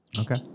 okay